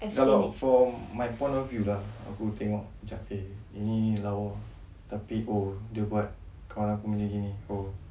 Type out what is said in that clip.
kalau from my point of view lah aku tengok dia ni lawa tapi oh dia buat kawan aku macam gini oh